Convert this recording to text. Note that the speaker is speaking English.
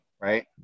right